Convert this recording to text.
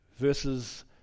Verses